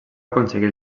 aconseguir